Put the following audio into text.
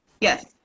Yes